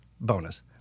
bonus